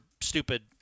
stupid